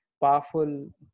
powerful